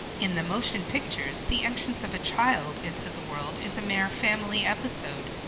in the motion pictures the entrance of a child into the world is a mere family episode,